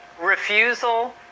refusal